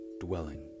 Dwelling